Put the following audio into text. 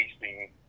wasting